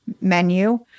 menu